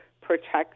protect